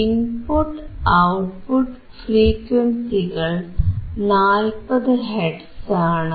input output ഫ്രീക്വൻസികൾ 40 hertz ആണ്